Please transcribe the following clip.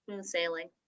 sailing